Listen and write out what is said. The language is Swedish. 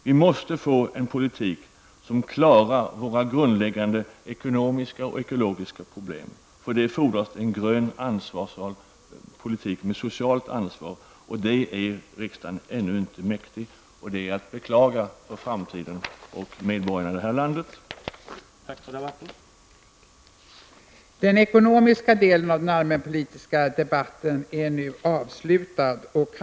Vi måste få en politik som klarar våra grundläggande ekonomiska och ekologiska problem. För detta fordras det en grön ansvarsfull politik med socialt ansvar, och det är riksdagen ännu inte mäktig, vilket är att beklaga för framtiden och för medborgarna i det här landet. Tack för debatten.